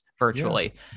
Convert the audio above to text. Virtually